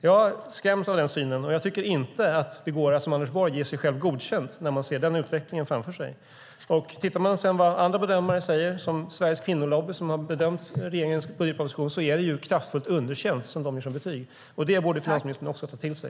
Jag skräms av den synen, och jag tycker inte att det går att som Anders Borg ge sig själv godkänt när man ser denna utveckling framför sig. Tittar man på vad andra bedömare säger, som Sveriges Kvinnolobby som har bedömt regeringens budgetproposition, ser man att det blir kraftfullt underkänt i betyg. Det borde finansministern ta till sig.